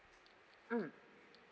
mm